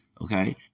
okay